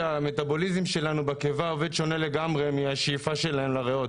שהמטבוליזם שלנו בקיבה עובד שונה לגמרי מהשאיפה שלהם לריאות.